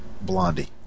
Blondie